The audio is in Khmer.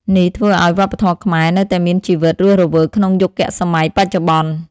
នេះធ្វើឲ្យវប្បធម៌ខ្មែរនៅតែមានជីវិតរស់រវើកក្នុងយុគសម័យបច្ចុប្បន្ន។